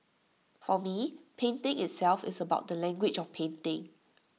for me painting itself is about the language of painting